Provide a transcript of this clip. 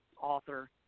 author